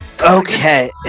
Okay